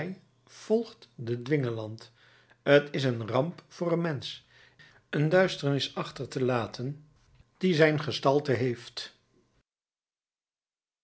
volgt den dwingeland t is een ramp voor een mensch een duisternis achter te laten die zijn gestalte heeft